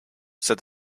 said